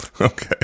Okay